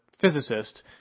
physicist